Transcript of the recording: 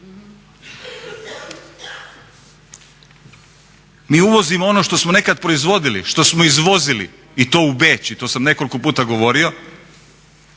Mi uvozimo ono što smo nekad proizvodili, što smo izvozili i to u Beč i to sam nekoliko puta govorio